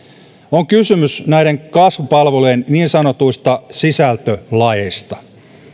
on kysymys näiden kasvupalvelujen niin sanotuista sisältölaeista